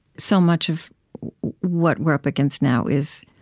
so much of what we're up against now is,